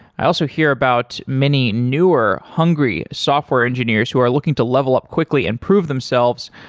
i also hear about many newer, hungry software engineers who are looking to level up quickly and prove themselves